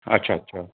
अच्छा अच्छा